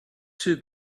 too